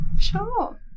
Sure